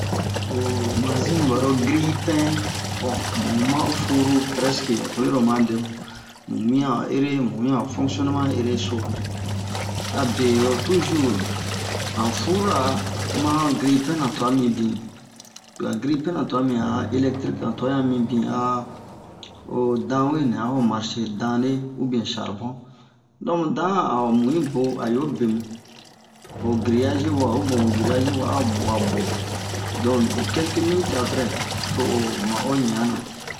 o manzi nɛ baro gripin bon mu ma'o furu prɛske oyi ro oma dɛmu mu wian a'o ere mu wian a'o fonctioneman ere so mi abe tujur han fur ra ma han gripin na tua mibin lo han gripin na tua mibin han a electriki han tua han mi bin a o dan we nɛ a ho marche dane ubien charbon don mu dan a a'o mu yi bo a yo be mu ho griazi wa o bo mu griazi wa a bua bu'o don to kelke minit aprɛ to o ma'o ɲana